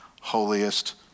holiest